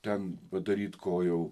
ten padaryt ko jau